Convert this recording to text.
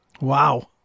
Wow